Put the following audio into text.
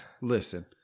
listen